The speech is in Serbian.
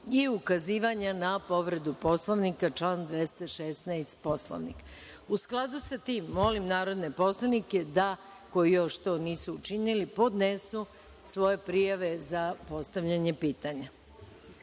i ukazivanja na povredu Poslovnika član 216. Poslovnika.U skladu sa tim, molim narodne poslanike, da koji to još nisu učinili podnesu svoje prijave za postavljanje